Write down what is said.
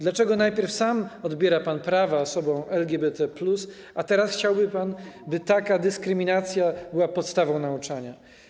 Dlaczego najpierw sam odbiera pan prawa osobom LGBT+, a teraz chciałby pan, by taka dyskryminacja była podstawą nauczania?